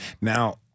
Now